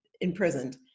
imprisoned